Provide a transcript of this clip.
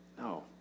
No